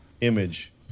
image